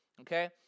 Okay